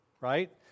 right